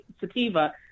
sativa